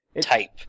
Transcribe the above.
type